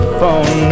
phone